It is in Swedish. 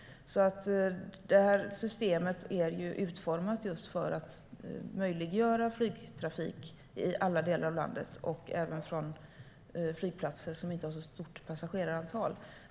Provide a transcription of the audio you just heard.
Systemet är utformat för att möjliggöra flygtrafik i alla delar av landet, även från flygplatser som inte har så stort passagerarantal.